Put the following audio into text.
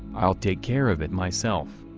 i'll take care of it myself.